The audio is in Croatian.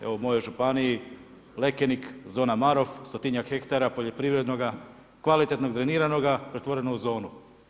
Evo, u mojoj županiji Lekenik, zona Marof, stotinjak hektara poljoprivrednoga, kvalitetnog dreniranoga pretvoreno u zonu.